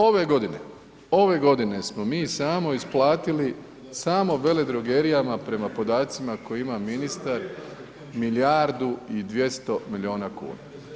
Ove godine, ove godine smo mi samo isplatili samo veledrogerijama prema podacima koje ima ministar milijardu i 200 milijuna kuna.